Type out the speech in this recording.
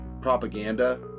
propaganda